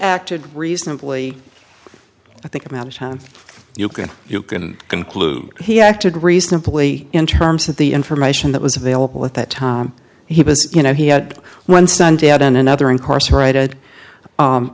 acted reasonably i think i'm out of town you can you can conclude he acted reasonably in terms of the information that was available at that time he was you know he had one sunday and then another incarcerated